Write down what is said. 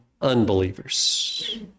unbelievers